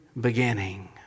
beginning